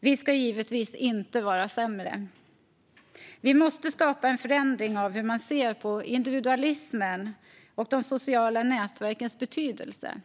Vi ska givetvis inte vara sämre i Sverige. Vi måste skapa en förändring av hur man ser på individualismen och de sociala nätverkens betydelse.